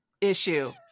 issue